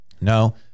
No